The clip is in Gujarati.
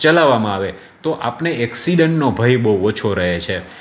ચલાવવામાં આવે તો આપને એક્સિડન્ટનો ભય બહુ ઓછો રહે છે